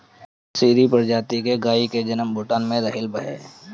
सीरी प्रजाति के गाई के जनम भूटान में भइल रहे